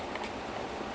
love it